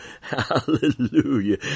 Hallelujah